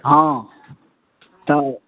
हँ तऽ